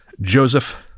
Joseph